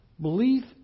belief